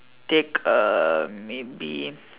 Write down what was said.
take uh maybe